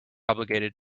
obligated